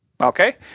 Okay